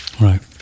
right